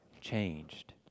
changed